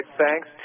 thanks